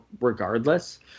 regardless